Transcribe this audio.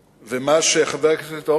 של חבר הכנסת דב חנין,